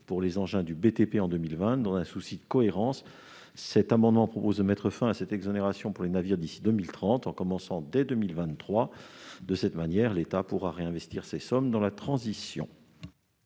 pour les engins du BTP en 2020. Dans un souci de cohérence, cet amendement tend à mettre fin à cette exonération pour les navires d'ici à 2030, en commençant dès 2023. L'État pourra ainsi réinvestir ces sommes dans la transition.